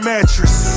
Mattress